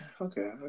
Okay